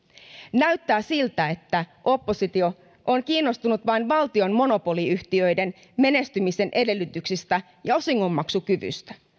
näyttää siltä että oppositio on kiinnostunut vain valtion monopoliyhtiöiden menestymisen edellytyksistä ja osingonmaksukyvystä